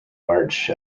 march